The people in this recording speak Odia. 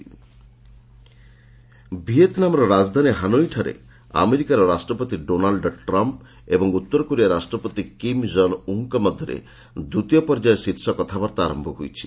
ଟ୍ରମ୍ପ କିମ୍ ମିଟ୍ ଭିଏତ୍ନାମାର ରାଜଧାନୀ ହାନୋଇଠାରେ ଆମେରିକାର ରାଷ୍ଟ୍ରପତି ଡୋନାଲ୍ଡ ଟ୍ରମ୍ପ୍ ଓ ଉତ୍ତରକୋରିଆ ରାଷ୍ଟ୍ରପତି କିମ୍ ଜଙ୍ଗ ଉନ୍ଙ୍କ ମଧ୍ୟରେ ଦ୍ଧିତୀୟ ପର୍ଯ୍ୟାୟ ଶୀର୍ଷ କଥାବାର୍ତ୍ତା ଆରମ୍ଭ ହୋଇଛି